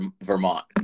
vermont